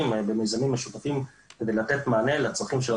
במיזמים משותפים כדי לתת מענה לצרכים של הרשויות המקומיות.